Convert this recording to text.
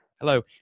Hello